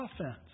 offense